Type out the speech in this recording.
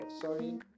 Sorry